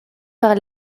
par